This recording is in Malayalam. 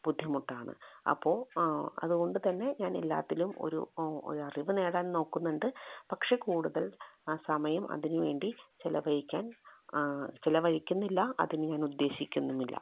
ബുദ്ധിമുട്ടാണ് അപ്പോൾ അതുകൊണ്ട് തന്നെ ഞാൻ എല്ലാത്തിലും ഒരു ഒരു അറിവ് നേടാൻ നോക്കുന്നുണ്ട് പക്ഷെ കൂടുതൽ സമയം അതിനു വേണ്ടി ചിലവഴിക്കാൻ ചിലവഴിക്കുന്നില്ല അതിന് ഞാൻ ഉദ്ദേശിക്കുന്നുമില്ല